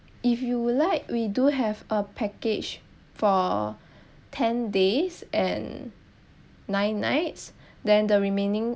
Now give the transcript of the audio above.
if you would like we do have a package for ten days and nine nights then the remaining